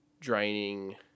draining